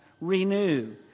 renew